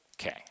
Okay